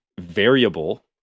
variable